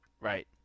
Right